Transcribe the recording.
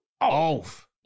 off